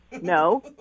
No